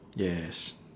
yes